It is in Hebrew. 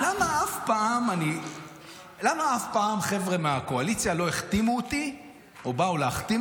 למה אף פעם חבר'ה מהקואליציה לא החתימו אותי או באו להחתים